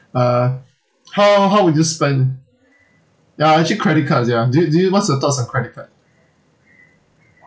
uh how how would you spend ya actually credit cards ya do you do you what's your thoughts on credit card